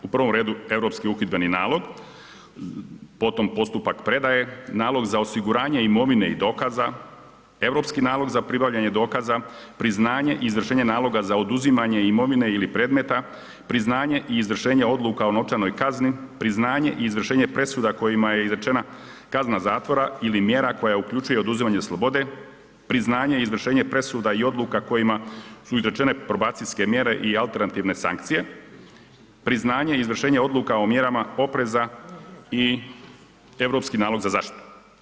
U prvom redu, Europski uhidbeni nalog, potom postupak predaje, nalog za osiguranje imovine i dokaza, Europski nalog za pribavljanje dokaza, priznanje i izvršenje naloga za oduzimanje imovine ili predmeta, priznanje i izvršenje odluka o novčanoj kazni, priznanje i izvršenje presuda u kojima je izrečena kazna zatvora ili mjera koja uključuje oduzimanje oslobode, priznanje i izvršenje presuda i odluka u kojima su izrečene probacijske mjere i alternativne sankcije, priznanje i izvršenje odluka o mjerama opreza i Europski nalog za zaštitu.